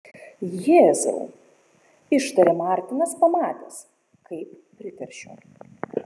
jėzau ištarė martinas pamatęs kaip priteršiau